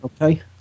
Okay